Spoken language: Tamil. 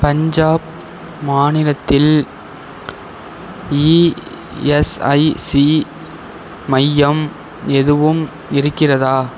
பஞ்சாப் மாநிலத்தில் இஎஸ்ஐசி மையம் எதுவும் இருக்கிறதா